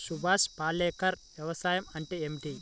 సుభాష్ పాలేకర్ వ్యవసాయం అంటే ఏమిటీ?